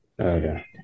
Okay